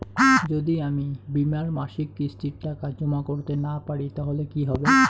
যদি আমি বীমার মাসিক কিস্তির টাকা জমা করতে না পারি তাহলে কি হবে?